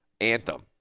anthem